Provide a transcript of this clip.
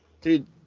Dude